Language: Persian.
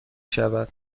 شود